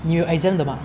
你有 exam 的吗